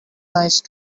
nice